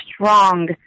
strong